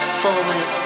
forward